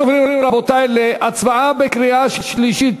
אנחנו עוברים להצבעה בקריאה שלישית.